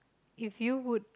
if you would